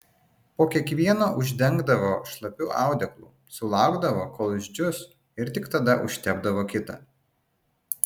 po kiekvieno uždengdavo šlapiu audeklu sulaukdavo kol išdžius ir tik tada užtepdavo kitą